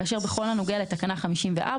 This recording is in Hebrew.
כאשר בכל הנוגע לתקנה 54,